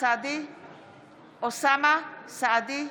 אוסאמה סעדי,